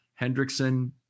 Hendrickson